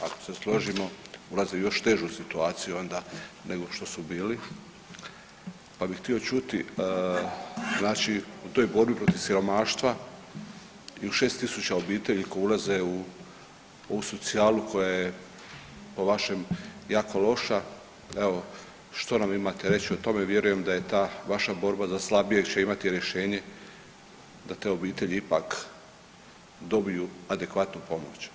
Ako se složimo ulaze u još težu situaciju onda nego što su bili, pa bi htio čuti znači u toj borbi protiv siromaštava i u 6000 obitelji koje ulaze u ovu socijalu koja je po vašem jako loša, evo što nam imate reći o tome vjerujem da je ta vaša borba za slabijeg će imati rješenje da te obitelji ipak dobiju adekvatnu pomoć.